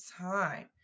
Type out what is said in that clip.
time